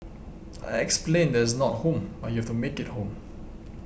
I explained that it's not home but you have to make it home